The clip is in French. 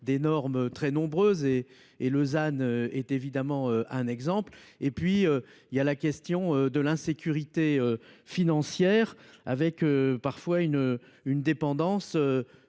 des normes très nombreux et et Lausanne est évidemment un exemple et puis il y a la question de l'insécurité financière avec parfois une une dépendance